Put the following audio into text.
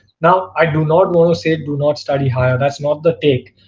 now. i do not know say do not study higher. that's not the take.